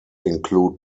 include